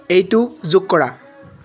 এইটো যোগ কৰা